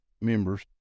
members